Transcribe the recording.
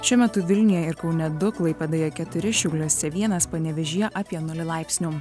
šiuo metu vilniuje ir kaune du klaipėdoje keturi šiauliuose vienas panevėžyje apie nulį laipsnių